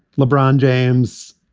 lebron james.